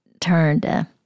turned